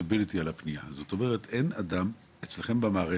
אין אדם אצלכם במערכת,